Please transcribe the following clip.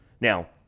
Now